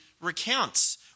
recounts